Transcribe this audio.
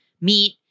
meat